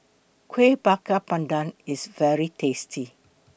Kuih Bakar Pandan IS very tasty